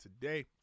today